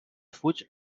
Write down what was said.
fuig